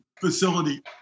facility